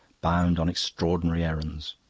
bound on extraordinary errands.